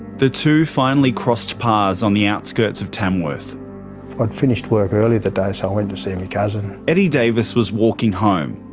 the two finally crossed paths on the outskirts of tamworth. i'd finished work early that day so i went to see me cousin. eddie davis was walking home.